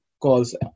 calls